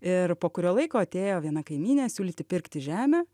ir po kurio laiko atėjo viena kaimynė siūlyti pirkti žemę